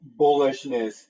bullishness